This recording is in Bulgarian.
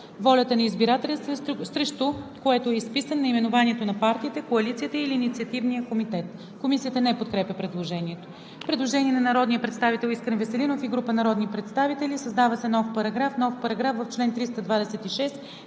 волята на избирателя, срещу което е изписано наименованието на партията, коалицията или инициативния комитет;“.“ Комисията не подкрепя предложението. Има предложение на народния представител Искрен Веселинов и група народни представители: „Създава се нов §...:„§... В чл. 326